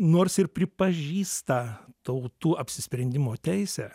nors ir pripažįsta tautų apsisprendimo teisę